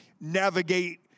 navigate